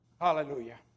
Hallelujah